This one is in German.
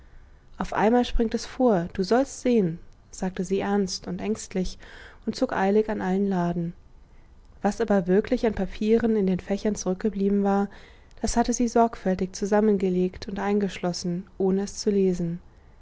auf einmal springt es vor du sollst sehen sagte sie ernst und ängstlich und zog eilig an allen laden was aber wirklich an papieren in den fächern zurückgeblieben war das hatte sie sorgfältig zusammengelegt und eingeschlossen ohne es zu lesen